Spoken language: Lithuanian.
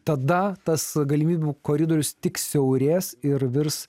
tada tas galimybių koridorius tik siaurės ir virs